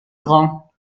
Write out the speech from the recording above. grand